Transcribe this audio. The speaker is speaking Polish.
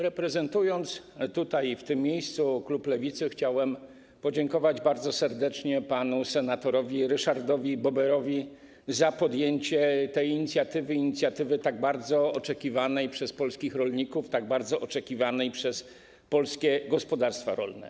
Reprezentując tutaj klub Lewicy, chciałem podziękować bardzo serdecznie panu senatorowi Ryszardowi Boberowi za podjęcie tej inicjatywy, inicjatywy tak bardzo oczekiwanej przez polskich rolników, tak bardzo oczekiwanej przez polskie gospodarstwa rolne.